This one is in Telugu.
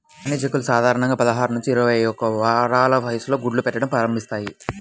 వాణిజ్య కోళ్లు సాధారణంగా పదహారు నుంచి ఇరవై ఒక్క వారాల వయస్సులో గుడ్లు పెట్టడం ప్రారంభిస్తాయి